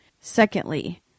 Secondly